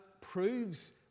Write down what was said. proves